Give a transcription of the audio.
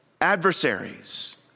Adversaries